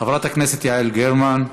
חברת הכנסת יעל גרמן.